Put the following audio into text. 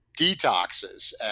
detoxes